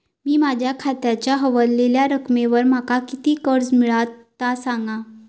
मी माझ्या खात्याच्या ऱ्हवलेल्या रकमेवर माका किती कर्ज मिळात ता सांगा?